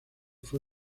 fue